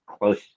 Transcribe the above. close